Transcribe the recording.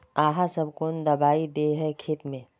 आहाँ सब कौन दबाइ दे है खेत में?